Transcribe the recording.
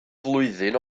flwyddyn